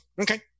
Okay